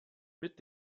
mit